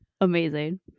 amazing